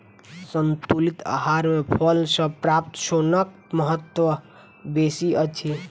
संतुलित आहार मे फल सॅ प्राप्त सोनक महत्व बेसी अछि